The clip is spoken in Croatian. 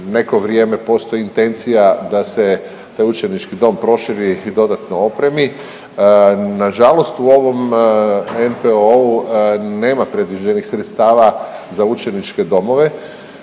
neko vrijeme postoji intencija da se taj učenički dom proširi i dodatno opremi. Nažalost u ovom NPOO-u nema predviđenih sredstava za učeničke domove,